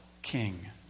king